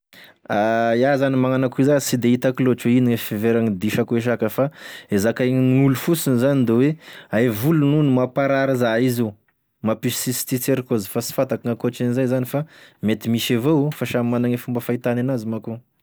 Ia zany magnano akoa iza sy de hitako loatry hoe ino gny fiheveragna diso akoe saka fa zakainign' olo fosiny zany da hoe ae volony ony mamparary za izy io, mampisy cysticercose, fa sy fantako gnakotrin'izay 'zany fa mety misy evao, fa samy managne fomba fahitany en'azy manko io.